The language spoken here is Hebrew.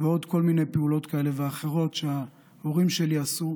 ועוד כל מיני פעולות כאלה ואחרות שההורים שלי עשו.